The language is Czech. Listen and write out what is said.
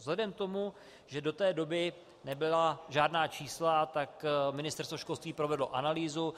Vzhledem k tomu, že do té doby nebyla žádná čísla, tak Ministerstvo školství provedlo analýzu.